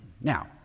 Now